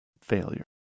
failure